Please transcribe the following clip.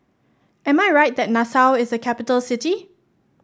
am I right that Nassau is a capital city